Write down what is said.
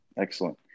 Excellent